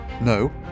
No